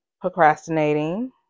Procrastinating